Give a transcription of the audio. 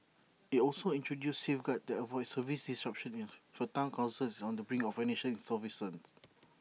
IT also introduces safeguards that avoid service disruptions if A Town Council is on the brink of financial insolvency